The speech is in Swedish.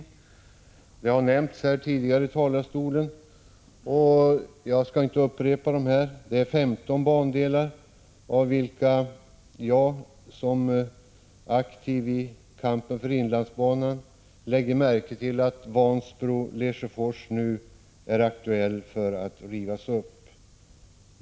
Detta har tidigare omnämnts från talarstolen, och jagskallinte göra någon upprepning. Det rör sig om 15 bandelar, där jag som aktiv i kampen för inlandsbanan lägger märke till att linjen Vansbro Lesjöfors är aktuell att rivas upp.